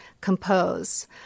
compose